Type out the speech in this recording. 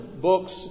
books